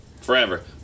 Forever